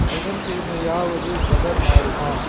புதன் கிழமையாவது வெதர் மாறுமா